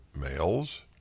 males